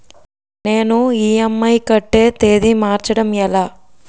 నేను ఇ.ఎం.ఐ కట్టే తేదీ మార్చడం ఎలా?